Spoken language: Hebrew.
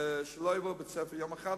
שלא יהיו בבית-ספר יום אחד,